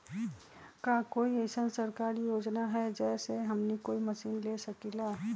का कोई अइसन सरकारी योजना है जै से हमनी कोई मशीन ले सकीं ला?